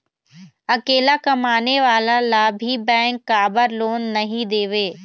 अकेला कमाने वाला ला भी बैंक काबर लोन नहीं देवे?